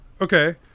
Okay